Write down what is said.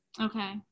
Okay